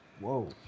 Whoa